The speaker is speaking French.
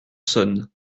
saône